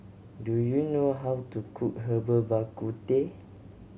do you know how to cook Herbal Bak Ku Teh